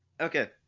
Okay